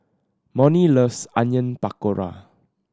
Monnie loves Onion Pakora